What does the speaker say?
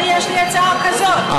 יש לי הצעה כזאת,